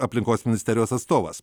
aplinkos ministerijos atstovas